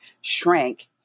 shrank